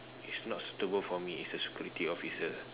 is not suitable for me is a security officer